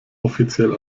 offiziell